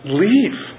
leave